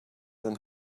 and